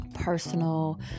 personal